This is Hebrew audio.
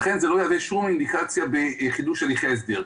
ולכן זה לא יהווה שום אינדיקציה בחידוש הליכי הסדר.